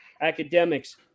academics